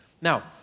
Now